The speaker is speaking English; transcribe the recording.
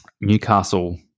Newcastle